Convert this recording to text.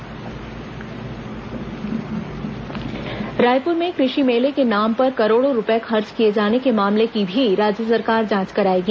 विस कृषि मेला रायपुर में कृषि मेले के नाम पर करोड़ों रूपये खर्च किए जाने के मामले की भी राज्य सरकार जांच कराएगी